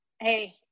hey